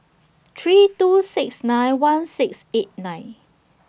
three two six nine one six eight nine